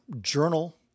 journal